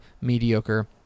mediocre